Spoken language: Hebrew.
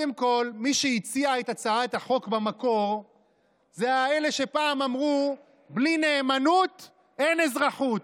מי שהציע את הצעת החוק במקור זה אלה שפעם אמרו: בלי נאמנות אין אזרחות.